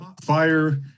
Fire